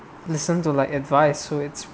listen to like advice who is